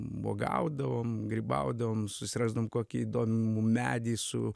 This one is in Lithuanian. uogaudavom grybaudavom susirasdavom kokį įdomu medį su